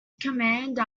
command